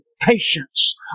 patience